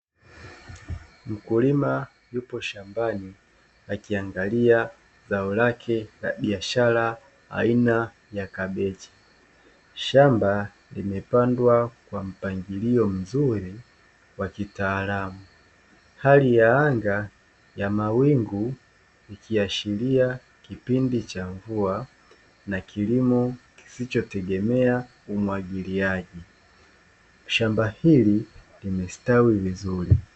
Mkulima yupo shambani akiangalia zao lake la biashara aina ya kabeji, shamba limepandwa kwa mpangilio mzuri wa kitaalamu, hali ya anga ya mawingu ikiashilia kipindi cha mvua na kilimo kisichotegemea umwagiliaji, shamba hili limestawi vizuri.